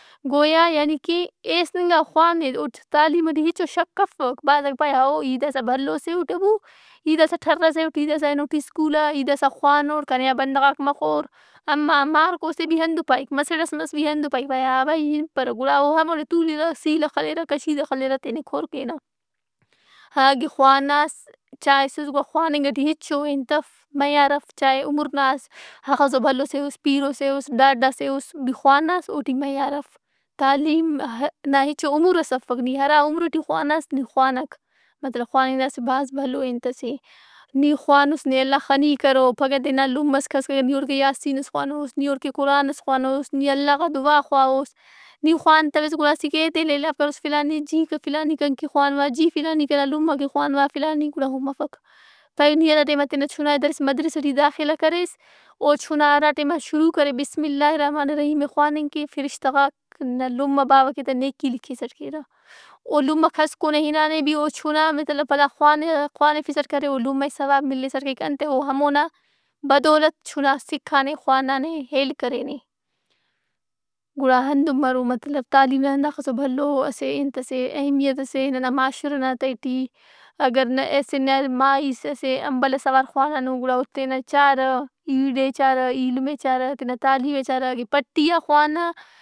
گویا یعنی کہ ایست انگا خوانہِ۔ اوٹ تعلیم ئٹی ہچو شک افک۔ بھازاک پارہ ہو ای داسا بھلوسے اُٹ ابُو۔ ای داسا ٹرّ ئسے اُٹ ای داسا ہنوٹ اسکول آ۔ ای داسا خوانوٹ۔ کنے آ بندغاک مخور۔ ہم مہ- مارکوس اے بھی ہندا پائک۔ مسڑ ئس مس بھی ہندن پائک پائہہ ہا ابا ای ہنپرہ۔ گُڑا او ہموڑے تُولرہ سیلہ خلیرہ کشید ہ خلیرہ تینے کور کیرہ۔ ہا اگہ خواناس، چائسس گڑا خواننگ ئٹی ہچو انت اف، میار اف۔ چائہہ عمر ناس، اخسو بھلوسے اُس، پیرو سے اُس، ڈاڈا سے اُس بھی خواناس اوٹی میار اف۔ تعلیم نا ہچو عمرس افک۔ نی ہرا عمرئٹی خواناس نی خوانک۔ مطلب خواننگ نا اسہ بھاز بھلو ئے انت ئس اے۔ نی خوانوس نے اللہ خنی کرو۔ پھگہ دے نا لمہ ئس کسک نی بھی اوڑکہ یٰسین ئس خوانوس، نی اوڑکہ قُرانس خوانوس، نی اللہ غان دعا خواہوس۔ نی خوانتویس گڑااسیکہ ایدے لیلاؤ کروس، فلانی جی کہ فلانی کن کہ خوانوا، جی فلانی کنا لمہ کہ خوانوا۔ فلانی گڑا ہون مفک۔ پائہہ نی ہراٹیم آ تینا چُنائے دریس مدرسہ ٹی داخلہ کریس۔ اوچنا ہراٹیم آ شروع کرے بسم اللہِ رحمٰنِ رحیم ئے خواننگ ئے فرشہ غاک لمہ باوہ کہ تہ نیکی لکھسہ کیرہ۔ او لمہ کسکنے ہِنانے بیوس چُھڑانے تینا پدا پڑا خوانے، خوانفسٹ کرے گڑا لمہ ئے ثواب ملسٹ کیک۔ انتئے او ہمونا بدولت چنا سکھانے، خوانانے، ہیل کرینے۔ گڑا ہندن مرو مطلب تعلیم نا ہنداخسو بھلو اسہ انت ئسے اہیمیت ئس اے ننا معاشرہ نا تہٹی اگر اسہ مائیِس اسہ امبل ئس اوار خواناتو گڑااو تینا ئے چارہ۔ ایڑ ئے چار، ایلم ئے چارہ، تینا تعلیم ئے چارہ۔ اگہ پٹیا خوانا۔